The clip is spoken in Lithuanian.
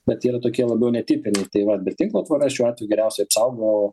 bet jie yra tokie labiau netipiniai tai vat bet tinklo tvora šiuo atveju geriausiai apsaugo